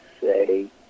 say